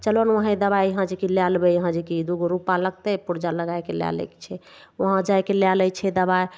चलऽ ने वहाँ दवाइ यहाँ जे कि लए लेबय यहाँ जे कि दुगो रूपैआ लगतय पूर्जा लगायके लए लैके छै वहाँ जाइके लए लै छै दवाइ